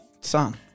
Son